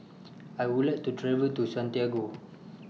I Would like to travel to Santiago